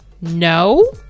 no